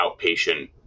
outpatient